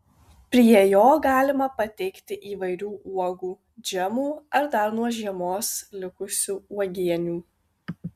prie jo galima pateikti įvairių uogų džemų ar dar nuo žiemos likusių uogienių